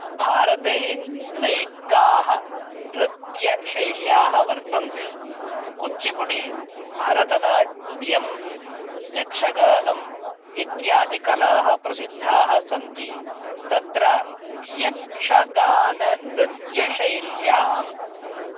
भारते नैकाः नृत्यशैल्यः वर्तन्ते कुच्चिपुडि भरतनाट्यं यक्षगानम् इत्यादिकलाः प्रसिद्धाः सन्ति तत्र यक्षगाननृत्यशैल्यां